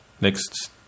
next